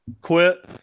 quit